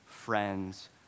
friends